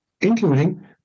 including